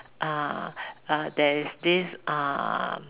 uh uh there is this uh